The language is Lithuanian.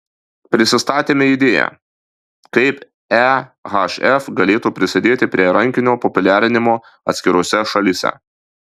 pristatėme idėją kaip ehf galėtų prisidėti prie rankinio populiarinimo atskirose šalyse